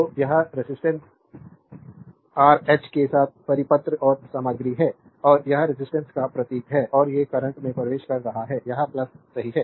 तो यह रेजिस्टेंस कता आरएच के साथ परिपत्र और सामग्री है और यह रेजिस्टेंस का प्रतीक है और ये करंट में प्रवेश कर रहे हैं यह सही है